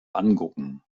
angucken